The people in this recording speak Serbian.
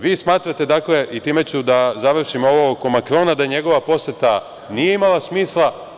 Vi smatrate, dakle, i time ću da završim ovo oko Makrona da njegova poseta nije imala smisla.